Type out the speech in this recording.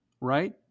right